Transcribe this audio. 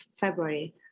February